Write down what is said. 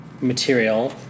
material